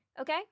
okay